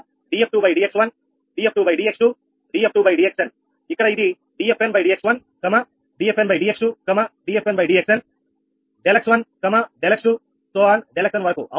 నిజానికి ఈ మాతృక మారుతుంది అవునా